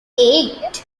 eight